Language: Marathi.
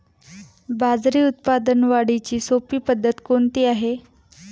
बाजरी उत्पादन वाढीची सोपी पद्धत कोणती आहे?